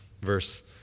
verse